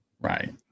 right